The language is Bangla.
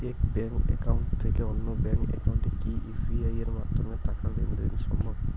এক ব্যাংক একাউন্ট থেকে অন্য ব্যাংক একাউন্টে কি ইউ.পি.আই মাধ্যমে টাকার লেনদেন দেন সম্ভব?